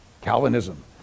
Calvinism